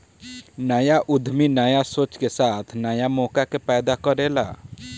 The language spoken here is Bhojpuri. न्या उद्यमी न्या सोच के साथे न्या मौका के पैदा करेला